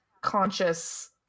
conscious